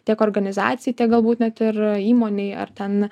tiek organizacijai tiek galbūt net ir įmonei ar ten